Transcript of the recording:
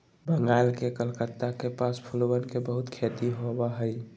बंगाल के कलकत्ता के पास फूलवन के बहुत खेती होबा हई